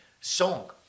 song